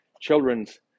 children's